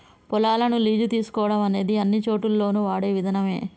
పొలాలను లీజు తీసుకోవడం అనేది అన్నిచోటుల్లోను వాడే విధానమే